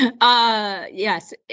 Yes